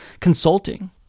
consulting